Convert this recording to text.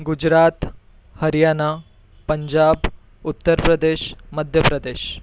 Gujarat Haryana Punjab Uttar Pradesh Madhya Pradesh